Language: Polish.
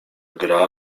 gra